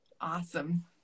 Awesome